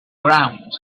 ground